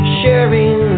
sharing